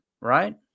right